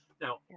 now